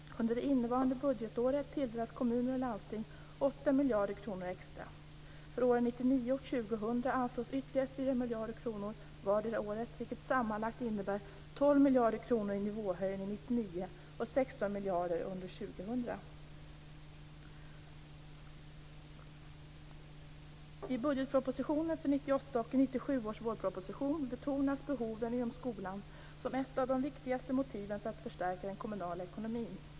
Under det innevarande budgetåret tilldelas kommuner och landsting 8 miljarder kronor extra. För åren 1999 och 2000 anslås ytterligare 4 miljarder kronor vartdera året, vilket sammanlagt innebär 12 miljarder kronor i nivåhöjning 1999 och 16 miljarder under 2000. I budgetpropositionen för 1998 och i 1997 års vårproposition betonas behoven inom skolan som ett av de viktigaste motiven för att förstärka den kommunala ekonomin.